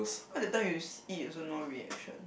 cause that time you s~ eat also no reaction